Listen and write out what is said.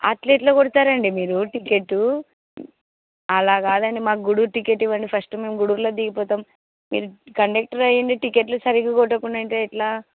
అట్ల ఎట్ల కొడతారండి మీరు టికెట్ అలా కాదండి మాకు గూడూరు టికెట్ ఇవ్వండి ఫస్ట్ మేము గుడూరులో దిగిపోతాం మీరు కండక్టర్ అయ్యి ఉండి టికెట్లు సరిగ్గా కొట్టకుండా ఉంటే ఎట్లా